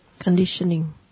conditioning